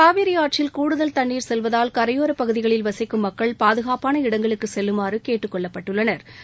காவிரி ஆற்றில் கூடுதல் தண்ணீர் செல்வதால் கரையோரப் பகுதிகளில் விசிக்கும் மக்கள் பாதுகாப்பான இடங்களுக்குச் செல்லுமாறு கேட்டுக் கொள்ளப்பட்டுள்ளனா்